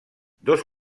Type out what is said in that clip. dos